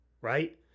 right